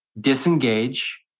disengage